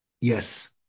Yes